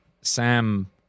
Sam